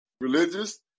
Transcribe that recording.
religious